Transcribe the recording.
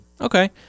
Okay